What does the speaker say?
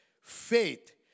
Faith